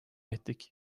ettik